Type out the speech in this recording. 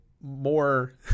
more